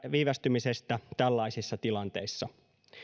viivästymisestä tällaisissa tilanteissa